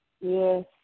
Yes